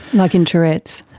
like in tourette's.